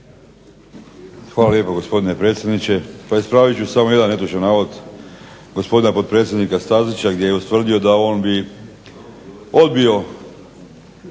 Hvala lijepo, gospodine predsjedniče. Ispravit ću samo jedan netočan navod gospodina potpredsjednika Stazića gdje je ustvrdio da on bi odbio